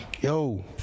Yo